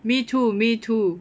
me too me too